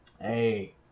Hey